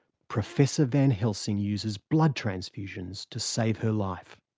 professor van helsing uses blood transfusions to save her life.